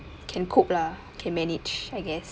can cope lah can manage I guess